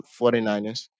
49ers